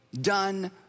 done